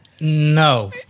no